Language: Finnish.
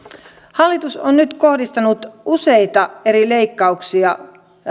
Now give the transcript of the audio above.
hallitus on nyt kohdistanut lapsiperheille useita eri leikkauksia